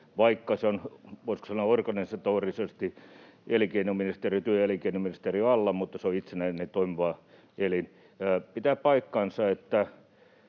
voisiko sanoa, organisatorisesti työ‑ ja elinkeinoministeriön alla, se on itsenäinen toimiva elin. Pitää paikkansa,